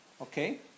Okay